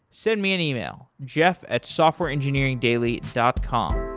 send me an email, jeff at softwareengineeringdaily dot com.